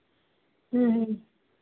ਹਮ ਹਮ